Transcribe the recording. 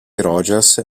rogers